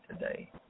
today